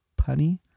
Punny